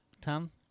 Tom